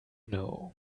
know